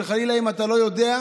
וחלילה אם אתה לא יודע,